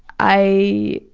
i